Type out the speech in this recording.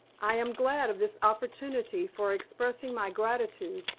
i am glad of this opportunity for expressing my gratitude.